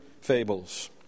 fables